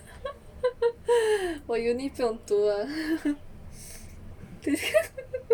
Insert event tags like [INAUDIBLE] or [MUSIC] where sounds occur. [LAUGHS] 中毒 ah [LAUGHS]